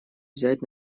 взять